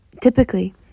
typically